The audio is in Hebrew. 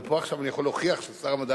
אבל פה עכשיו אני יכול להוכיח ששר המדע